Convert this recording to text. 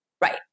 Right